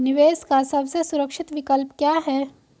निवेश का सबसे सुरक्षित विकल्प क्या है?